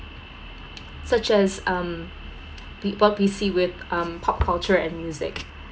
such as um with um pop culture and music